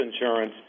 insurance